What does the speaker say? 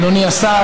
אדוני השר,